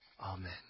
Amen